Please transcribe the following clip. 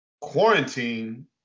quarantine